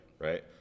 right